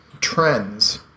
trends